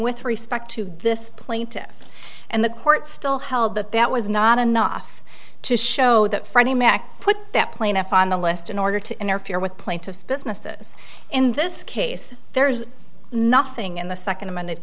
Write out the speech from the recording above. with respect to this plaintiff and the court still held that that was not enough to show that freddie mac put that plaintiff on the list in order to interfere with plaintiffs businesses in this case there's nothing in the second amended